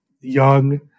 young